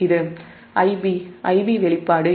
இது Ib வெளிப்பாடு j√3Ia1